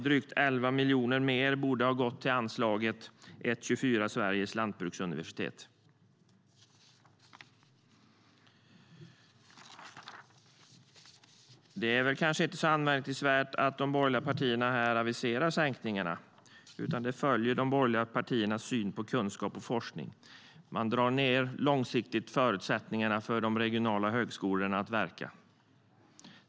Drygt 11 miljoner mer borde ha gått till anslaget 1:24 Sveriges lantbruksuniversitet. Det är kanske inte så anmärkningsvärt att de borgerliga partierna här aviserar sänkningar. Det följer väl de borgerliga partiernas syn på kunskap och forskning. Man drar ned de långsiktiga förutsättningarna att verka för de regionala högskolorna.